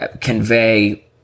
convey